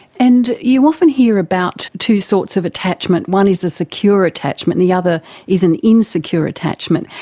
and you often hear about two sorts of attachment, one is a secure attachment, the other is an insecure attachment.